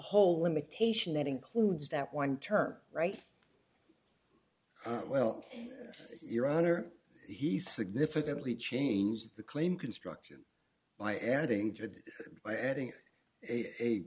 whole limitation that includes that one term right well your honor he significantly changed the claim construction by adding